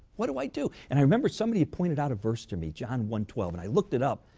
what do i do? and i remember somebody had pointed out a verse to me john one twelve, and i looked it up.